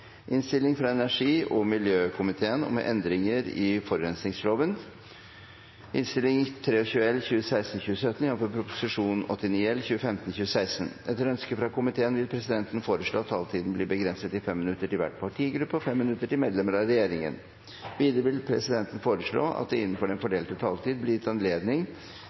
miljøkomiteen vil presidenten foreslå at taletiden blir begrenset til 5 minutter til hver partigruppe og 5 minutter til medlemmer av regjeringen. Videre vil presidenten foreslå at det – innenfor den fordelte taletid – blir gitt anledning